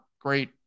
great